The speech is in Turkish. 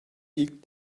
ilk